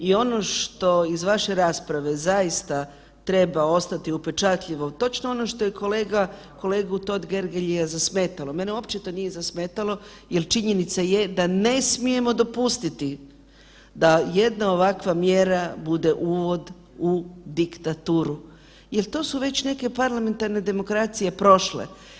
I ono što iz vaše rasprave treba zaista ostati upečatljivo, točno ono što je kolegu Totgergelia zametalo, mene uopće to nije zasmetalo jer činjenica je da ne smijemo dopustiti da jedna ovakva mjera bude uvod u diktaturu jer to su već neke parlamentarne demokracije prošle.